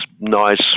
nice